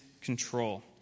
control